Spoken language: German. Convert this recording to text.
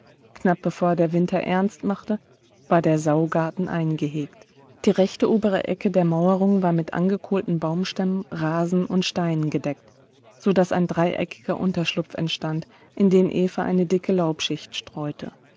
knapp bevor der winter ernst machte war der saugarten eingehegt die rechte obere ecke der mauerung war mit angekohlten baumstämmen rasen und steinen gedeckt so daß ein dreieckiger unterschlupf entstand in den eva eine dicke laubschicht streute